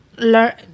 Learn